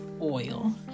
oil